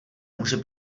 může